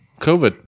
COVID